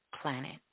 planet